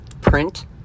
print